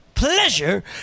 pleasure